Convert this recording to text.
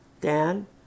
Dan